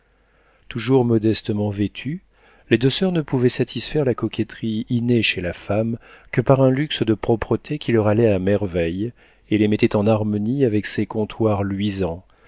toujours modestement vêtues les deux soeurs ne pouvaient satisfaire la coquetterie innée chez la femme que par un luxe de propreté qui leur allait à merveille et les mettait en harmonie avec ces comptoirs luisants